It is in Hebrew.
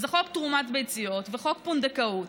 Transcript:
שזה חוק תרומת ביציות וחוק פונדקאות.